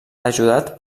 ajudat